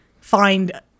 find